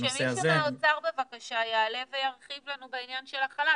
אז שמישהו מהאוצר בבקשה יעלה וירחיב לנו בעניין של החל"ת,